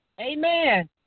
Amen